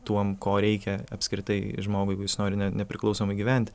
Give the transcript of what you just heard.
tuom ko reikia apskritai žmogui jeigus jis ne nepriklausomai gyventi